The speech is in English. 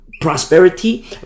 prosperity